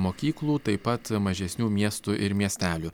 mokyklų taip pat mažesnių miestų ir miestelių